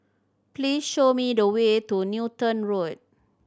please show me the way to Newton Road